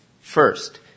First